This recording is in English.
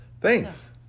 Thanks